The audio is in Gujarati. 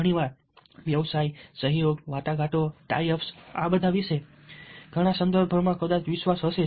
ઘણી વાર વ્યવસાય સહયોગ વાટાઘાટો ટાઈ અપ્સ આ બધા વિશે છે અને ઘણા સંદર્ભોમાં કદાચ વિશ્વાસ જ છે